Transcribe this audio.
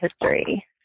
history